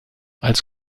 als